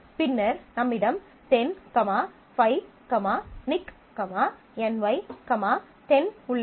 பின்னர் நம்மிடம் 10 5 நிக் NY 10 உள்ளது